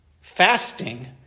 Fasting